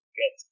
get